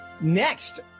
Next